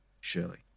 shirley